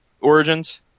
Origins